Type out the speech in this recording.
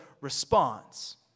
Response